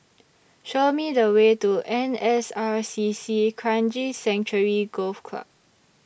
Show Me The Way to N S R C C Kranji Sanctuary Golf Club